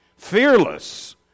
fearless